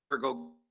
go